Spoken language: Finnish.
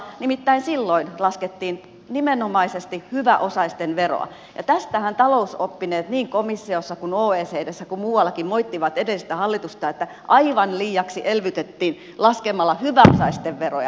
nimittäin silloin laskettiin nimenomaisesti hyväosaisten veroa ja tästähän talousoppineet niin komissiossa oecdssä kuin muuallakin moittivat edellistä hallitusta että aivan liiaksi elvytettiin laskemalla hyväosaisten veroja